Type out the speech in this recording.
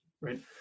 right